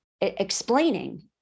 explaining